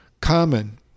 common